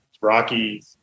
Rocky